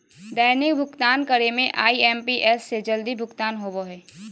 दैनिक भुक्तान करे में आई.एम.पी.एस से जल्दी भुगतान होबो हइ